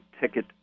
ticket